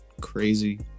crazy